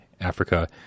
Africa